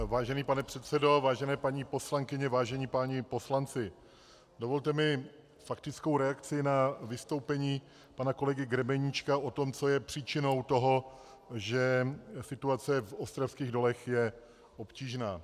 Vážený pane předsedo, vážené paní poslankyně, vážení páni poslanci, dovolte mi faktickou reakci na vystoupení pana kolegy Grebeníčka o tom, co je příčinou toho, že situace v ostravských dolech je obtížná.